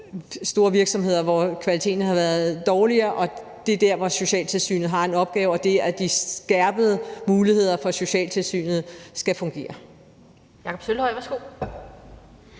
set eksempler på, at kvaliteten er blevet dårligere, og det er der, hvor socialtilsynet har en opgave, og det er der, hvor de forbedrede muligheder for socialtilsynet skal fungere.